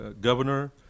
governor